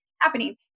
happening